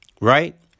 Right